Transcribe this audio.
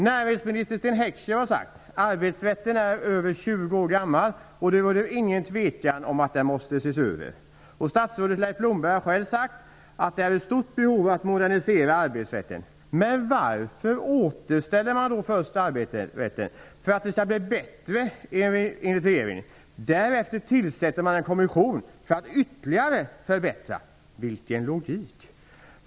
Näringsminister Sten Heckscher har sagt att arbetsrätten är över 20 år gammal och att det inte råder något tvivel om att den måste ses över. Statsrådet Leif Blomberg har själv sagt att behovet att modernisera arbetsrätten är stort. Men varför återställer man då arbetsrätten? Enligt regeringen är det för att den skall bli bättre. Därefter tillsätter man en kommission för att förbättra den ytterligare. Vilken logik!